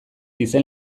izen